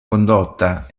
condotta